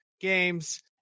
games